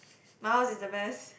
my house is the best